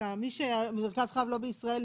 מי שמרכז חייו לא בישראל,